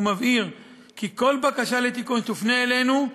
ומבהיר כי כל בקשה לתיקון שתופנה אלינו,